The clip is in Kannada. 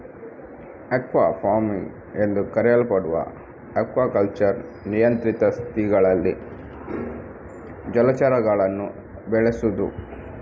ಅಕ್ವಾ ಫಾರ್ಮಿಂಗ್ ಎಂದೂ ಕರೆಯಲ್ಪಡುವ ಅಕ್ವಾಕಲ್ಚರ್ ನಿಯಂತ್ರಿತ ಸ್ಥಿತಿಗಳಲ್ಲಿ ಜಲಚರಗಳನ್ನು ಬೆಳೆಸುದು